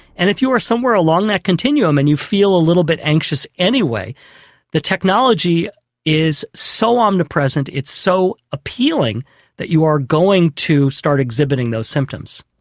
and if you're somewhere along that continuum and you feel a little bit anxious anyway the technology is so omnipresent, it's so appealing that you are going to start exhibiting those symptoms.